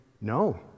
No